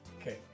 Okay